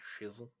shizzle